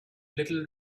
little